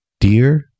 dear